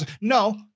No